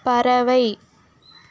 பறவை